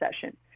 session